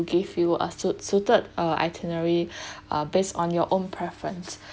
give you a suit suited uh itinerary uh based on your own preferences